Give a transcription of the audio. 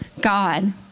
God